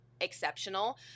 exceptional